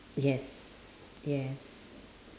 yes yes